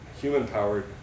human-powered